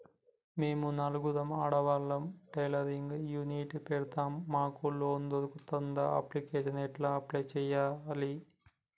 మేము నలుగురం ఆడవాళ్ళం టైలరింగ్ యూనిట్ పెడతం మాకు లోన్ దొర్కుతదా? అప్లికేషన్లను ఎట్ల అప్లయ్ చేయాలే?